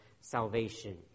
salvation